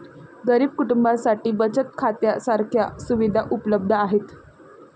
गरीब कुटुंबांसाठी बचत खात्या सारख्या सुविधा उपलब्ध आहेत